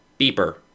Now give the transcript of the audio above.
beeper